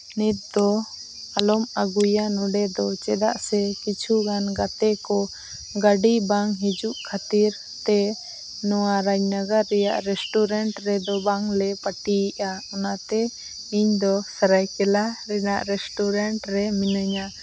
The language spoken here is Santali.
ᱱᱤᱛ ᱫᱚ ᱟᱞᱚᱢ ᱟᱹᱜᱩᱭᱟ ᱱᱚᱰᱮ ᱫᱚ ᱪᱮᱫᱟᱜ ᱥᱮ ᱠᱤᱪᱷᱩᱜᱟᱱ ᱜᱟᱛᱮ ᱠᱚ ᱜᱟᱹᱰᱤ ᱵᱟᱝ ᱦᱤᱡᱩᱜ ᱠᱷᱟᱹᱛᱤᱨ ᱛᱮ ᱱᱚᱣᱟ ᱨᱟᱡᱽᱱᱟᱜᱟᱨ ᱨᱮᱭᱟᱜ ᱨᱮᱥᱴᱩᱨᱮᱱᱴ ᱨᱮᱫᱚ ᱵᱟᱝ ᱞᱮ ᱯᱟᱹᱴᱤᱭᱮᱜᱼᱟ ᱚᱱᱟ ᱛᱮ ᱤᱧ ᱫᱚ ᱥᱚᱨᱟᱭᱠᱮᱞᱞᱟ ᱨᱮᱱᱟᱜ ᱨᱮᱥᱴᱩᱨᱮᱱᱴ ᱨᱮ ᱢᱤᱱᱟᱹᱧᱟ